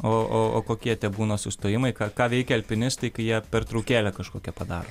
o kokie tie būna sustojimai ką ką veikia alpinistai kai jie pertraukėlę kažkokią padaro